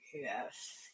Yes